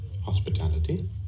hospitality